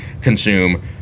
consume